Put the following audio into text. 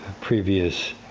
previous